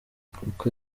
kuko